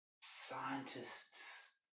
scientists